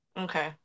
Okay